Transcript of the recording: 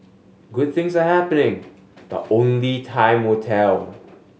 good things are happening but only time will tell